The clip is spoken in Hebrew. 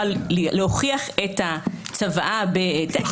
הבקשה להוכחת הצוואה בהעתק,